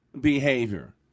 behavior